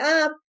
up